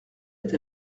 est